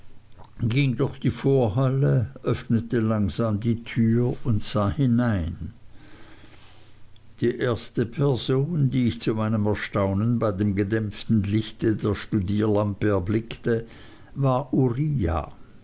ging durch die vorhalle öffnete langsam die tür und sah hinein die erste person die ich zu meinem erstaunen bei dem gedämpften lichte der studierlampe erblickte war uriah